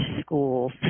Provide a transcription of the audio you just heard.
schools